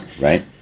Right